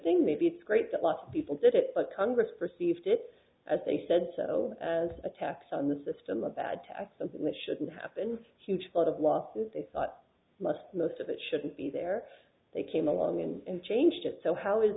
thing maybe it's great that lots of people did it but congress perceived it as they said so as a tax on the system a bad tax something that shouldn't happen huge part of losses they thought must most of it shouldn't be there they came along and changed it so how is